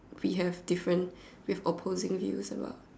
we have different we have opposing views a lot